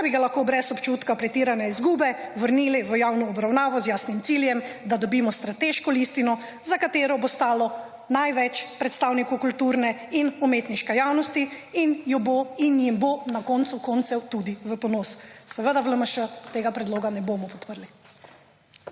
da bi lahko brez občutka pretirane izgube vrnili v javno obravnavo z jasnim cilje, da dobimo strateško listino za katero bo stalo največ predstavnikov kulturne in umetniške javnosti in jo bo in jim bo na koncu koncev tudi v ponos. Seveda v LMŠ tega predloga ne bomo podprli.